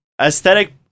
Aesthetic